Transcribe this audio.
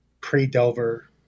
pre-delver